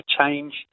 change